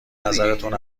نظرتون